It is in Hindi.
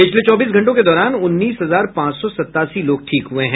पिछले चौबीस घंटों के दौरान उन्नीस हजार पांच सौ सतासी लोग ठीक हुए हैं